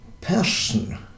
person